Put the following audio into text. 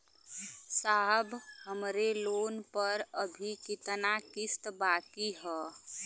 साहब हमरे लोन पर अभी कितना किस्त बाकी ह?